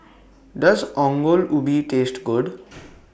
Does Ongol Ubi Taste Good